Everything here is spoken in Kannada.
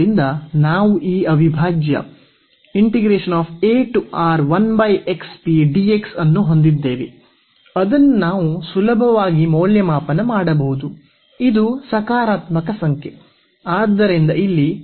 ಆದ್ದರಿಂದ ನಾವು ಈ ಅವಿಭಾಜ್ಯ ಅನ್ನು ಹೊಂದಿದ್ದೇವೆ ಅದನ್ನು ನಾವು ಸುಲಭವಾಗಿ ಮೌಲ್ಯಮಾಪನ ಮಾಡಬಹುದು ಇದು ಸಕಾರಾತ್ಮಕ ಸಂಖ್ಯೆ ಆದ್ದರಿಂದ ಇಲ್ಲಿ